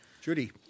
Judy